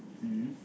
mmhmm